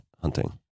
hunting